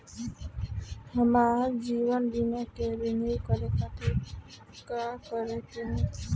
हमार जीवन बीमा के रिन्यू करे खातिर का करे के होई?